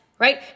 Right